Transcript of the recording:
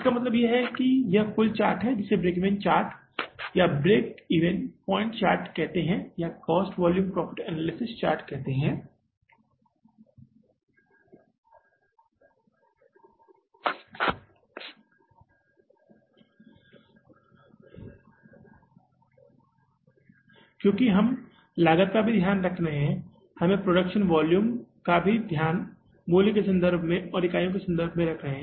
तो इसका मतलब यह है कि यह कुल चार्ट है जिसे break even chart breakeven point chart या cost volume profit analysis chart कहा जाता है क्योंकि हम लागत का भी ध्यान रख रहे हैं हम प्रोडक्शन के वॉल्यूम का भी ध्यान मूल्य के संदर्भ में और इकाइयों के संदर्भ में रख रहे हैं